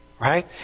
Right